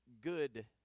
good